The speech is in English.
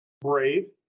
brave